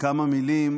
כמה מילים